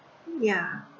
yeah